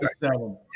seven